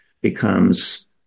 becomes